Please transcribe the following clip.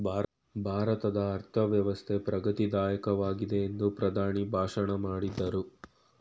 ಭಾರತದ ಅರ್ಥವ್ಯವಸ್ಥೆ ಪ್ರಗತಿ ದಾಯಕವಾಗಿದೆ ಎಂದು ಪ್ರಧಾನಿ ಭಾಷಣ ಮಾಡಿದ್ರು